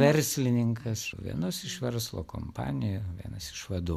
verslininkas vienos iš verslo kompanijų vienas iš vadų